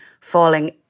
falling